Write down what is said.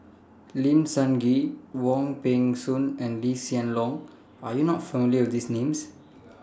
Lim Sun Gee Wong Peng Soon and Lee Hsien Loong Are YOU not familiar with These Names